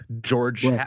george